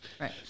Right